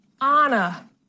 Anna